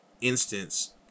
instance